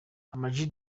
amag